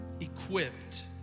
equipped